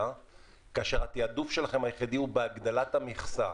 כאשר התעדוף שלכם היחידי הוא בהגדלת המכסה.